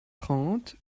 trente